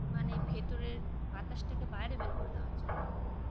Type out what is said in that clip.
মানে ভেতরের বাতাসটাকে বাইরে বের করে দেওয়ার জন্য